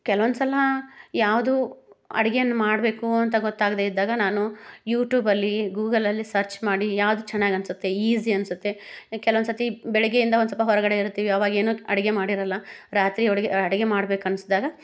ಕೆಲ್ವೊಂದು ಸಲ ಯಾವುದು ಅಡ್ಗೆಯನ್ನು ಮಾಡಬೇಕು ಅಂತ ಗೊತ್ತಾಗದೇ ಇದ್ದಾಗ ನಾನು ಯೂಟ್ಯೂಬಲ್ಲಿ ಗೂಗಲಲ್ಲಿ ಸರ್ಚ್ ಮಾಡಿ ಯಾವುದು ಚೆನ್ನಾಗಿ ಅನಿಸುತ್ತೆ ಈಝಿ ಅನಿಸುತ್ತೆ ಕೆಲ್ವೊಂದು ಸತಿ ಬೆಳಗ್ಗೆಯಿಂದ ಒಂದು ಸ್ವಲ್ಪ ಹೊರಗಡೆ ಇರ್ತೀವಿ ಅವಾಗೇನೂ ಅಡುಗೆ ಮಾಡಿರಲ್ಲ ರಾತ್ರಿ ಅಡ್ಗೆ ಅಡುಗೆ ಮಾಡ್ಬೇಕು ಅನ್ನಿಸ್ದಾಗ